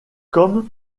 comme